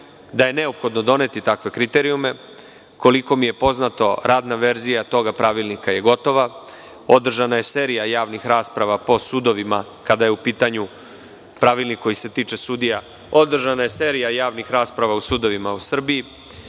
da je neophodno doneti takve kriterijume. Koliko mi je poznato radna verzija tog pravilnika je gotova. Održana je serija javnih rasprava po sudovima kada je u pitanju Pravilnik koji se tiče sudija. Održana je serija javnih rasprava o sudovima u Srbiji,